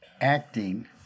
acting